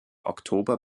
oktober